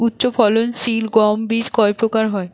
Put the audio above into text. উচ্চ ফলন সিল গম বীজ কয় প্রকার হয়?